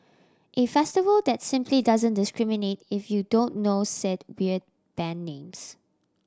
a festival that simply doesn't discriminate if you don't know said weird band names